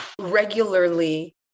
regularly